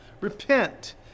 repent